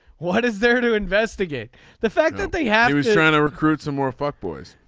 what is there to investigate the fact that they had was trying to recruit some more fucked boys.